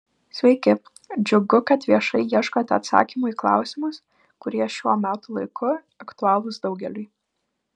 sveiki džiugu kad viešai ieškote atsakymų į klausimus kurie šiuo metų laiku aktualūs daugeliui